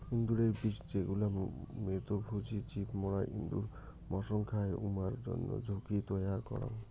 এন্দুরের বিষ যেগুলা মৃতভোজী জীব মরা এন্দুর মসং খায়, উমার জইন্যে ঝুঁকি তৈয়ার করাং